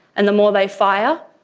and the more they fire,